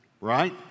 right